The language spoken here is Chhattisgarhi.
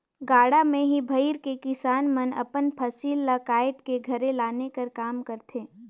गाड़ा मे ही भइर के किसान मन अपन फसिल ल काएट के घरे लाने कर काम करथे